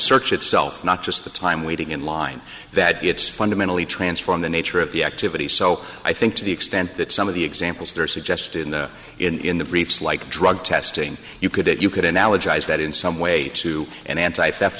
search itself not just the time waiting in line that it's fundamentally transform the nature of the activity so i think to the extent that some of the examples there suggest in the in the briefs like drug testing you could get you could analogize that in some way to an anti theft